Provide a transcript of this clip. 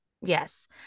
yes